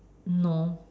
no